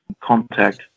contact